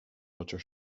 roger